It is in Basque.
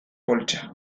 poltsa